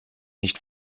nicht